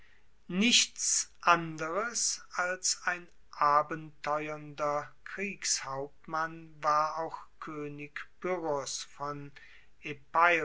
nichts anderes als ein abenteuernder kriegshauptmann war auch koenig pyrrhos von